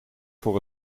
voor